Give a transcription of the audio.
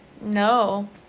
no